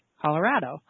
Colorado